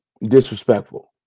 disrespectful